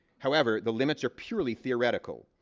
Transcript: however, the limits are purely theoretical.